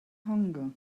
hunger